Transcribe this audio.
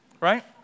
Right